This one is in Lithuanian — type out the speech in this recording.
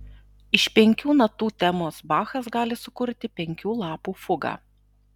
iš penkių natų temos bachas gali sukurti penkių lapų fugą